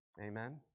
Amen